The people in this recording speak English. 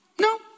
No